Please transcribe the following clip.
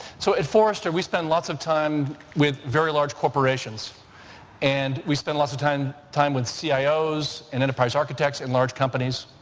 so at forrester we spend lots of time with very large corporations and we spend lots of time time with cio's and enterprise architects in large companies.